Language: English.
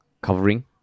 Covering